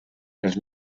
els